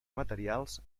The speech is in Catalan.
materials